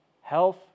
health